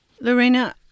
Lorena